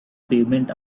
pavement